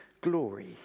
glory